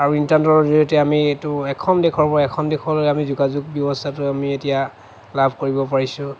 আৰু ইণ্টাৰনেটৰ জৰিয়তে আমি এইটো এখন দেশৰ পৰা এখন দেশলৈ আমি যোগাযোগ ব্যৱস্থাটো আমি এতিয়া লাভ কৰিব পাৰিছোঁ